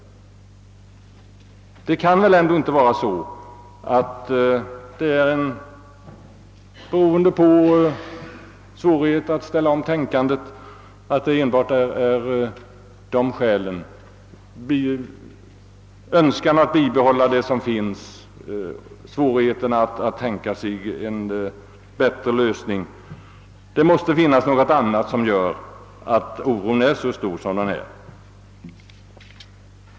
Det kan väl ändå inte vara så att det är svårigheten att ställa om tänkandet och önskan att bibehålla det som nu finns som gör att det föreligger svårigheter att få till stånd en bättre lösning; det måste finnas något annat som gör oron så stor som den är.